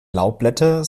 laubblätter